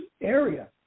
area